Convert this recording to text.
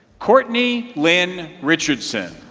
courtney lynn richardson.